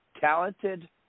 talented